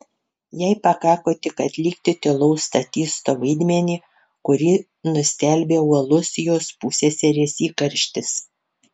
jai pakako tik atlikti tylaus statisto vaidmenį kurį nustelbė uolus jos pusseserės įkarštis